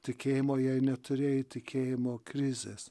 tikėjimo jei neturėjai tikėjimo krizės